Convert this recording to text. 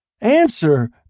Answer